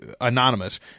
anonymous